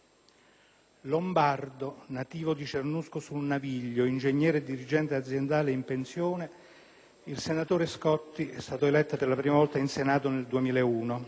Lombardo, nativo di Cernusco sul Naviglio, ingegnere e dirigente aziendale in pensione, il senatore Scotti è stato eletto per la prima volta in Senato nel 2001.